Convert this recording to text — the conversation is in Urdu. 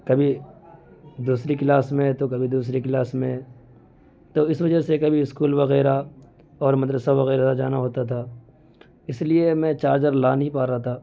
کبھی دوسری کلاس میں ہیں تو کبھی دوسری کلاس میں تو اس وجہ سے کبھی اسکول وغیرہ اور مدرسہ وغیرہ جانا ہوتا تھا اس لیے میں چارجر لا نہیں پارہا تھا